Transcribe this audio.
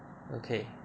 okay